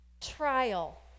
trial